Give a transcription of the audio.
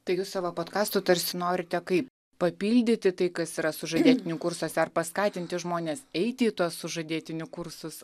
tai jūs savo podkastu tarsi norite kaip papildyti tai kas yra sužadėtinių kursuose ar paskatinti žmones eiti į tuos sužadėtinių kursus